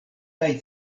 kaj